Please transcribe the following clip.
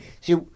see